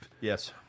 Yes